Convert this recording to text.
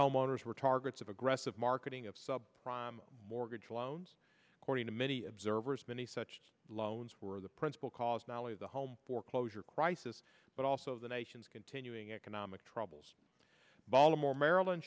homeowners were targets of aggressive marketing of sub prime mortgage loans according to many observers many such loans were the principal cause not only of the home foreclosure crisis but also the nation's continuing economic troubles baltimore maryland